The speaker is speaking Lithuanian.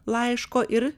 laiško ir